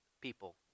people